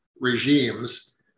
regimes